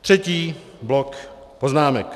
Třetí blok poznámek.